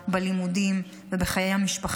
בלימודים ובחיי המשפחה.